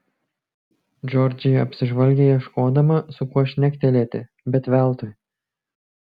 džordžija apsižvalgė ieškodama su kuo šnektelėti bet veltui